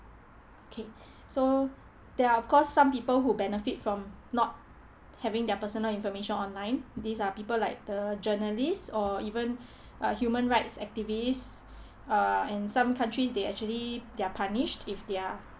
okay so there are of course some people who benefit from not having their personal information online these are people like the journalist or even uh human rights activist err and some country they actually they're punished if they're